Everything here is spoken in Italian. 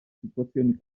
situazioni